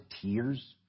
tears